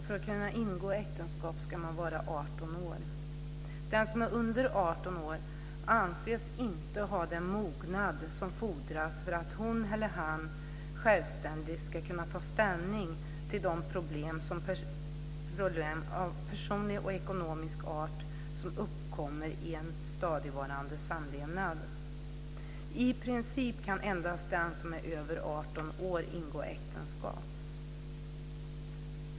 För att kunna ingå äktenskap ska man vara 18 år. Den som är under 18 år anses inte ha den mognad som fordras för att hon eller han självständigt ska kunna ta ställning till de problem av personlig och ekonomisk art som uppkommer i en stadigvarande samlevnad. I princip kan endast den som är över 18 år ingå äktenskap.